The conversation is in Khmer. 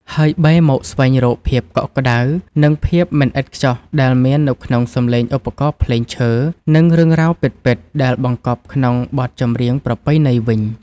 ហើយបែរមកស្វែងរកភាពកក់ក្តៅ និងភាពមិនឥតខ្ចោះដែលមាននៅក្នុងសំឡេងឧបករណ៍ភ្លេងឈើ និងរឿងរ៉ាវពិតៗដែលបង្កប់ក្នុងបទចម្រៀងប្រពៃណីវិញ។